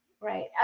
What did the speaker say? Right